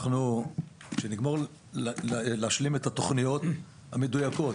כשנגמור להשלים את התוכניות המדויקות